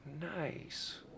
Nice